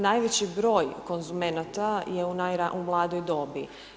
Najveći broj konzumenata je u mladoj dobi.